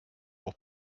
pour